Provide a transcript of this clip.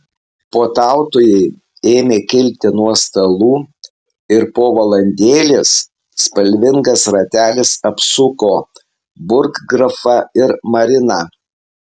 puotautojai ėmė kilti nuo stalų ir po valandėlės spalvingas ratelis apsupo burggrafą ir mariną